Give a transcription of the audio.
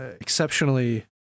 exceptionally